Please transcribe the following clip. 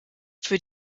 für